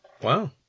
Wow